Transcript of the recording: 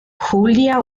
julia